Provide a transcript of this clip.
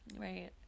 Right